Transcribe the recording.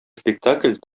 спектакль